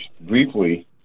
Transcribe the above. briefly